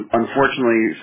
unfortunately